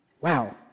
Wow